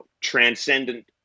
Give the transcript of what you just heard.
transcendent